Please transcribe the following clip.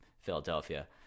Philadelphia